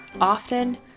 often